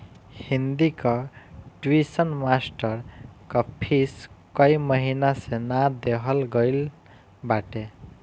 हिंदी कअ tuition master कअ fees कई महिना से ना देहल गईल बाटे